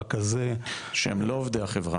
רכזי --- שהם לא עובדי החברה?